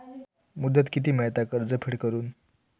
मुदत किती मेळता कर्ज फेड करून?